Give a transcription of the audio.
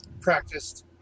practiced